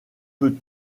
peux